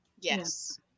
Yes